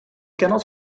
cannot